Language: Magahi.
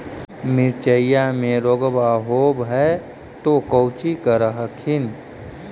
मिर्चया मे रोग्बा होब है तो कौची कर हखिन?